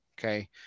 okay